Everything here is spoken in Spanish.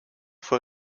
fue